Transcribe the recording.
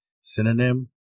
Synonym